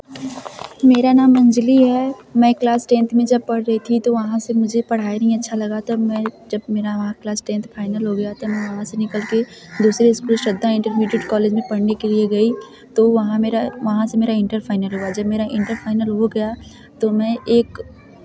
मेरा नाम अंजली है मैं क्लास टेंथ में जब पढ़ रही थी तो वहाँ से मुझे पढ़ाई नहीं अच्छा लगा तब मैं जब मेरा वहाँ क्लास टेंथ फाइनल हो गया तब मैं वहाँ से निकल के दूसरे स्कूल श्रद्धा इंटरमीडिएट कॉलेज में पढ़ने के लिए गई तो वहाँ मेरा वहाँ से मेरा इंटर फाइनल हुआ जब मेरा इंटर फाइनल हो गया तो मैं एक